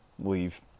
leave